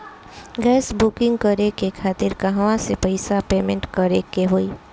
Gas booking करे के खातिर कहवा से पैसा पेमेंट करे के होई?